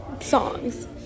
songs